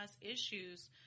issues